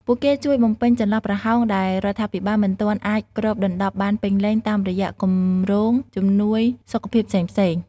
ពួកគេជួយបំពេញចន្លោះប្រហោងដែលរដ្ឋាភិបាលមិនទាន់អាចគ្របដណ្តប់បានពេញលេញ តាមរយៈគម្រោងជំនួយសុខភាពផ្សេងៗ។